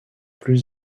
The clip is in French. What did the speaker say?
plus